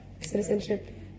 citizenship